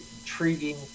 intriguing